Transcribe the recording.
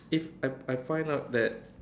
if I I find out that